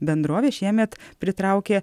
bendrovė šiemet pritraukė